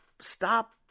stop